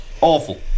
Awful